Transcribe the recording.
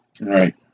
Right